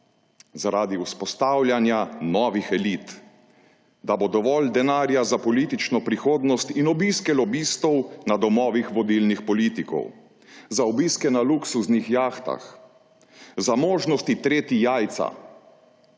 zaradi vzpostavljanja novih elit, da bo dovolj denarja za politično prihodnost in obiske lobistov na domovih vodilnih politikov, za obiske na luksuznih jahtah, za možnosti treti jajca,